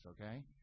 okay